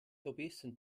lobbyisten